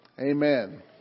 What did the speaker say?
Amen